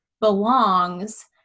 belongs